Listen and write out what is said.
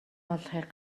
болгохыг